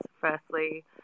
firstly